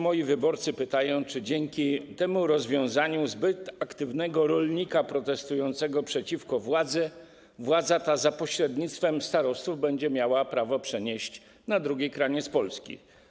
Moi wyborcy pytają, czy dzięki temu rozwiązaniu zbyt aktywnego, protestującego przeciwko władzy rolnika władza ta za pośrednictwem starostów będzie miała prawo przenieść na drugi kraniec Polski.